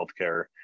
healthcare